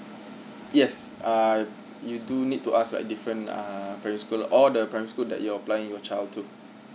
yes uh you do need to ask a different uh there's gonna all the price good that your by your child to